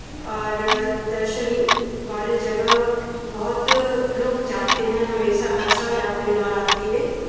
और दर्शन वाले जगह बहुत लोग जाते हैं हमेशा हर साल जाते हैं नौ रात्री में